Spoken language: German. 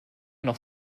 noch